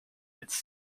its